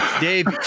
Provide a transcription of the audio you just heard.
Dave